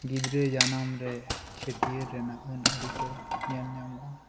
ᱜᱤᱫᱽᱨᱟᱹ ᱡᱟᱱᱟᱢ ᱨᱮ ᱪᱷᱟᱹᱴᱭᱟᱹᱨ ᱨᱮᱱᱟᱜ ᱟᱹᱱ ᱟᱹᱨᱤᱠᱩ ᱧᱮᱞ ᱧᱟᱢᱚᱜᱼᱟ